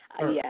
Yes